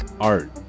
art